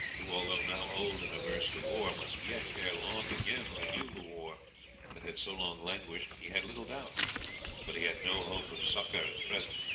who although now old and averse to war, must yet ere long again renew the war that had so long languished he had little doubt but he had no hope of succour at present,